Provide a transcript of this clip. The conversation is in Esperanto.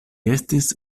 estis